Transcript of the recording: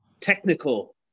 technical